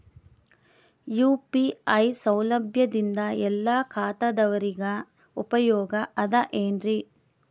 UPI ಸೌಲಭ್ಯದಿಂದ ಎಲ್ಲಾ ಖಾತಾದಾವರಿಗ ಉಪಯೋಗ ಅದ ಏನ್ರಿ?